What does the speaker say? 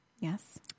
Yes